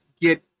get